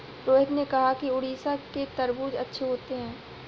रोहित ने कहा कि उड़ीसा के तरबूज़ अच्छे होते हैं